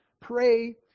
pray